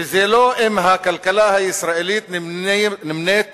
וזה לא אם הכלכלה הישראלית נמנית